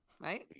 right